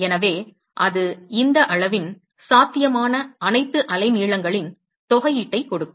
எனவே அது இந்த அளவின் சாத்தியமான அனைத்து அலைநீளங்களின் தொகைஈட்டை கொடுக்கும்